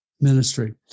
ministry